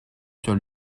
sur